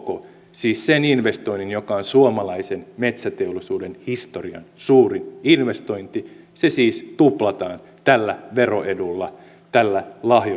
siis sen investoinnin joka on suomalaisen metsäteollisuuden historian suurin investointi se siis tuplataan tällä veroedulla tällä